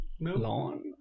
lawn